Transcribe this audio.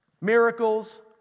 Miracles